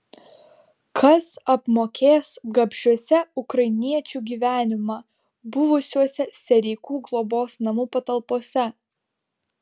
kas apmokės gabšiuose ukrainiečių gyvenimą buvusiuose sereikų globos namų patalpose